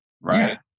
right